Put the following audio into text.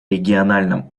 региональном